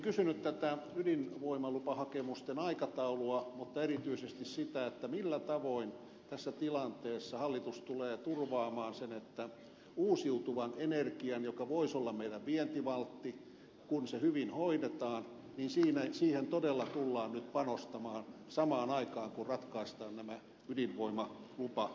olisin kysynyt ydinvoimalupahakemusten aikataulua mutta erityisesti sitä millä tavoin tässä tilanteessa hallitus tulee turvaamaan sen että uusiutuvaan energiaan joka voisi olla meidän vientivalttimme kun se hyvin hoidetaan todella tullaan nyt panostamaan samaan aikaan kun ratkaistaan nämä ydinvoimalupahakemukset